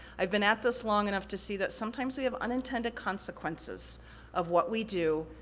i've been at this long enough to see that sometimes we have unintended consequences of what we do,